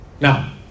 Now